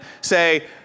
say